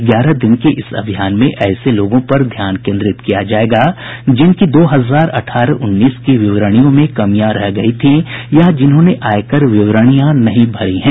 ग्यारह दिन के इस अभियान में ऐसे लोगों पर ध्यान केन्द्रित किया जाएगा जिनकी दो हजार अठारह उन्नीस की विवरणियों में कमियां रह गयी हैं या जिन्होंने आयकर विवरणियां नहीं भरी हैं